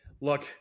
look